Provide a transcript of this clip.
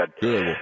Good